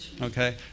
Okay